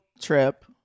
trip